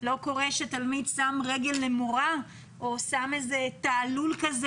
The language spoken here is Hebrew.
לא קורה שתלמיד שם רגל למורה או עושה איזה תעלול כזה